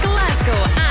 Glasgow